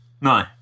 No